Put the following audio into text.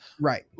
right